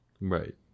Right